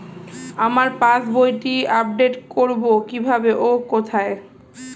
আমার পাস বইটি আপ্ডেট কোরবো কীভাবে ও কোথায়?